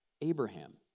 Abraham